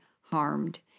harmed